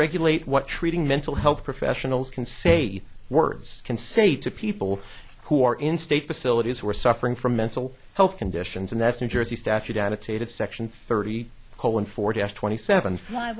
regulate what treating mental health professionals can say words can say to people who are in state facilities who are suffering from mental health conditions and that's new jersey statute attitude section thirty colin forty s twenty seven five